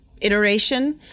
iteration